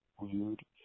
weird